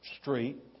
street